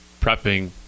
prepping